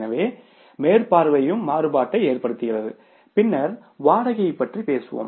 எனவே மேற்பார்வையும் மாறுபாட்டை ஏற்படுத்துகிறது பின்னர் வாடகை பற்றி பேசுவோம்